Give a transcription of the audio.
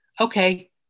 Okay